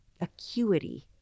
acuity